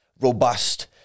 robust